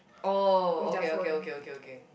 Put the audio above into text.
oh okay okay okay okay okay